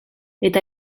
eta